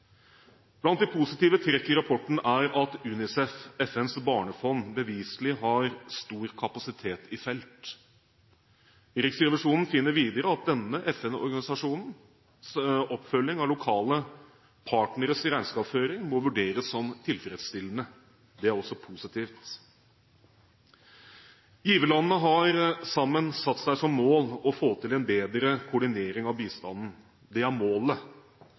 Blant de positive trekk i rapporten er at UNICEF, FNs barnefond, beviselig har stor kapasitet i felt. Riksrevisjonen finner videre at denne FN-organisasjonens oppfølging av lokale partneres regnskapsføring må vurderes som tilfredsstillende. Det er også positivt. Giverlandene har sammen satt seg som mål å få til en bedre koordinering av bistanden. Det er målet.